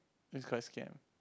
it's quite scam